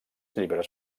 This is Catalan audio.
llibres